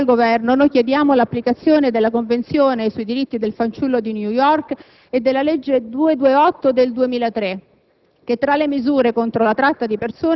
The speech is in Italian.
Ecco perché al Ministro e al Governo chiediamo l'applicazione della Convenzione sui diritti del fanciullo di New York e della legge n. 228 del 2003,